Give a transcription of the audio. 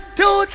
two